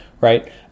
Right